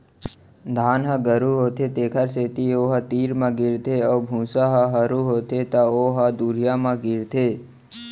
धान ह गरू होथे तेखर सेती ओ ह तीर म गिरथे अउ भूसा ह हरू होथे त ओ ह दुरिहा म गिरथे